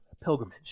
pilgrimage